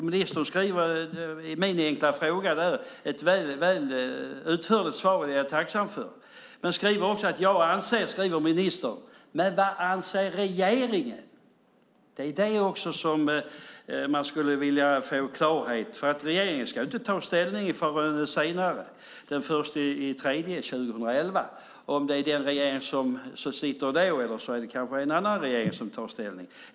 Ministern skriver ett utförligt svar på min skriftliga fråga. Det är jag tacksam för, men han skriver också "jag anser". Det skriver ministern, men vad anser regeringen? Det är det man också skulle vilja få klarhet i. Regeringen ska inte ta ställning förrän senare, den 1 mars 2011. Det kan vara den regering som sitter nu eller också är det kanske en annan regering som tar ställning.